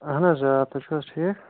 اہن حظ آ تُہۍ چھِو حٲز ٹھیٖک